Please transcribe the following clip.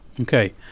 Okay